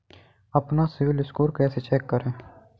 अपना CIBIL score कैसे check करें?